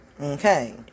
Okay